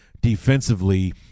defensively